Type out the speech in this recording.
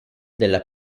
della